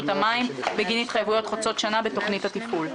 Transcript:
המים בגין התחייבויות חוצות שנה בתוכנית התפעול.